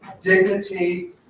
dignity